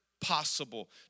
possible